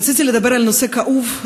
רציתי לדבר על נושא כאוב,